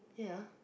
ya